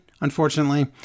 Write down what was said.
unfortunately